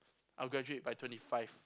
I will graduate by twenty five